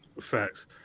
Facts